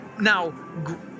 Now